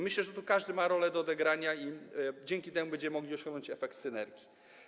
Myślę, że tu każdy ma rolę do odegrania i dzięki temu będziemy mogli osiągnąć efekt synergii.